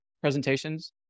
presentations